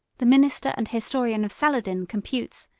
the minister and historian of saladin computes,